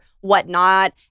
whatnot